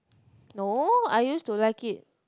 no I used to like it